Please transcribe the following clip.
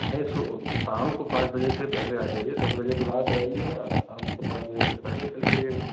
नहीं सु शाम को पाँच बजे के पहले आ जाइए दस बजे के बाद आइएगा शाम को पाँच बजे से पहले चले आइएगा